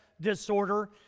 disorder